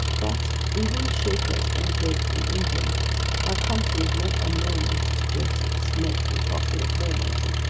but even the shakers emigrated from england our country is not unknown to mr. joseph smith, the apostle of mormonism,